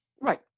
Right